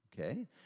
okay